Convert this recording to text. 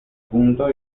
punto